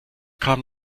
kam